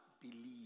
believe